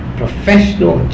professional